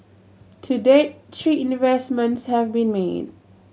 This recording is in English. to date three investments have been made